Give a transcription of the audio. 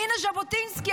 הינה ז'בוטינסקי,